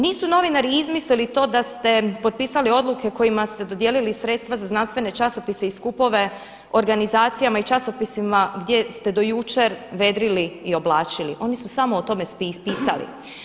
Nisu novinari izmislili to da ste potpisali odluke kojima ste dodijelili sredstva za znanstvene časopise i skupove organizacijama i časopisima gdje ste do jučer vedrili i oblačili, oni su samo o tome pisali.